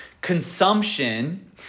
Consumption